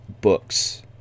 books